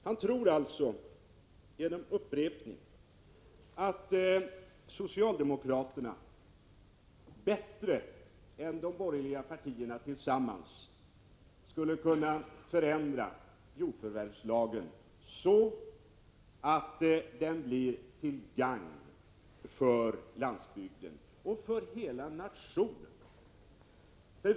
Han tror alltså genom upprepning att socialdemokraterna bättre än de borgerliga partierna tillsammans skulle kunna förändra jordförvärvslagen, så att den blir till gagn för landsbygden och för hela nationen.